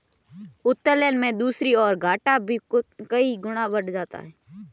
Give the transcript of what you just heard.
उत्तोलन में दूसरी ओर, घाटा भी कई गुना बढ़ जाता है